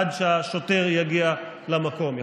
עד שהשוטר יגיע למקום.